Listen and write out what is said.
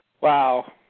Wow